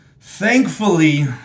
Thankfully